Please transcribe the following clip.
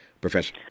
professor